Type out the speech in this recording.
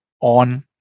on